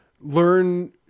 learn –